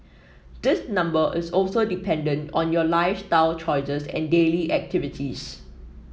this number is also dependent on your lifestyle choices and daily activities